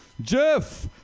Jeff